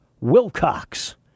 Wilcox